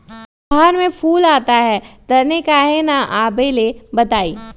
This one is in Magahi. रहर मे फूल आता हैं दने काहे न आबेले बताई?